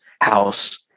house